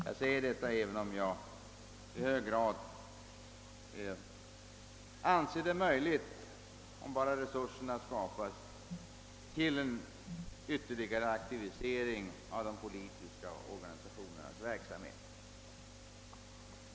Jag säger det fastän jag anser det vara möjligt att aktivisera de politiska organisationernas verksamhet ytterligare, om bara de ekonomiska resurserna skapas.